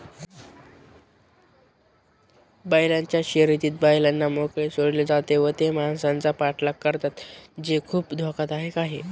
बैलांच्या शर्यतीत बैलांना मोकळे सोडले जाते व ते माणसांचा पाठलाग करतात जे खूप धोकादायक आहे